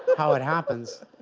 how it happens